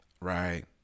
Right